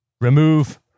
remove